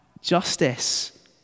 justice